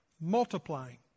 multiplying